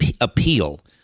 appeal